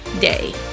day